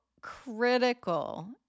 critical